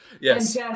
Yes